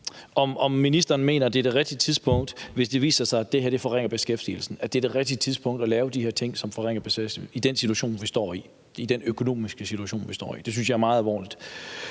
om ministeren mener, at det er det rigtige tidspunkt, hvis det viser sig, at det her forringer beskæftigelsen. Er det så det rigtige tidspunkt at lave de her ting på, hvis det viser sig, at det her forringer beskæftigelsen i den økonomiske situation, vi står i? Det synes jeg er meget alvorligt.